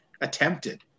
attempted